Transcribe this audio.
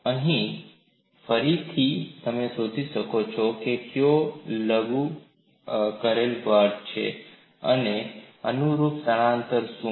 અહીં ફરીથી તમે શોધી શકો છો કે તે કયો લગુ કરેલ બળ છે અને અનુરૂપ સ્થાનાંતર શું છે